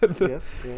yes